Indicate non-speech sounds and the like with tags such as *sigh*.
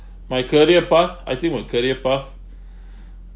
my career path I think my career path *breath*